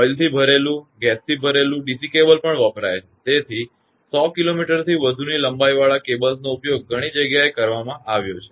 oil ભરેલુ gas ભરેલુ DC cables પણ વપરાય છે તેથી 100 કિલોમીટરથી વધુની લંબાઈવાળા કેબલ્સનો ઉપયોગ ઘણી જગ્યાએ કરવામાં આવ્યો છે